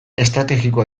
estrategikoa